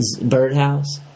Birdhouse